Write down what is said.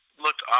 looked